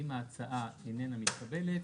אם ההצעה איננה מתקבלת,